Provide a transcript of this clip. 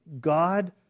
God